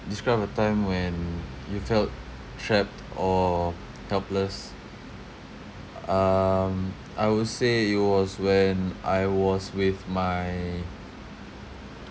describe a time when you felt trapped or helpless um I would say it was when I was with my